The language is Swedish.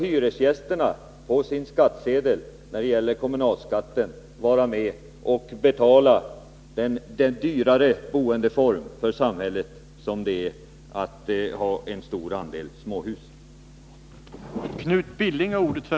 Hyresgästerna får genom kommunalskatten vara med och betala samhällets utgifter för den dyrare boendeform som en stor andel småhus innebär.